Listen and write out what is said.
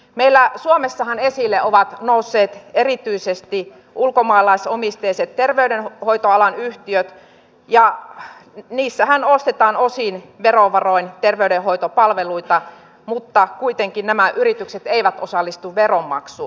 meillä suomessahan esille ovat nousseet erityisesti ulkomaalaisomisteiset terveydenhoitoalan yhtiöt ja niissähän ostetaan osin verovaroin terveydenhoitopalveluita mutta kuitenkaan nämä yritykset eivät osallistu veronmaksuun